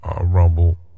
rumble